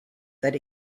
that